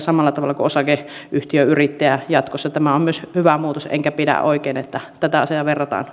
samalla tavalla kuin osakeyhtiöyrittäjiä tämä on myös hyvä muutos enkä pidä oikein siitä että tätä asiaa verrataan